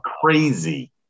crazy